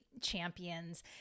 champions